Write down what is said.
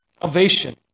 salvation